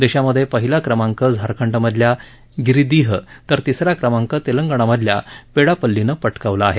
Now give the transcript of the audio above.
देशामध्ये पहिला क्रमांक झारखंडमधल्या गिरिधीह तर तिसरा क्रमांक तेलंगणामधल्या पेडापल्लीनं पटकावला आहे